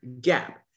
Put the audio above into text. gap